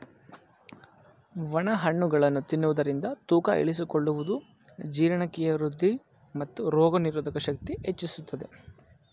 ಒಣ ಹಣ್ಣುಗಳನ್ನು ತಿನ್ನುವುದರಿಂದ ತೂಕ ಇಳಿಸಿಕೊಳ್ಳುವುದು, ಜೀರ್ಣಕ್ರಿಯೆ ವೃದ್ಧಿ, ಮತ್ತು ರೋಗನಿರೋಧಕ ಶಕ್ತಿ ಹೆಚ್ಚಿಸುತ್ತದೆ